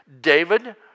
David